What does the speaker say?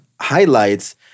highlights